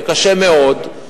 וקשה מאוד.